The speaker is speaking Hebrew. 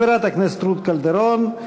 חברת הכנסת רות קלדרון,